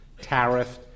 tariff